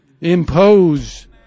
impose